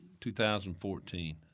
2014